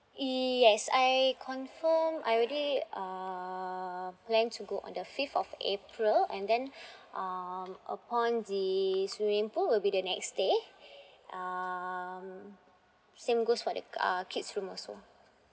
yes I confirm I already uh plan to go on the fifth of april and then um upon the swimming pool will be the next day um same goes for the uh kid's room also